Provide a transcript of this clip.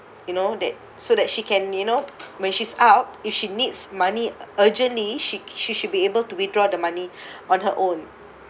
you know that so that she can you know when she's out if she needs money urgently she she should be able to withdraw the money on her own